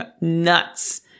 nuts